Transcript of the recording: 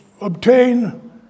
obtain